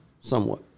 Somewhat